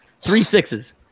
Three-sixes